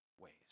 ways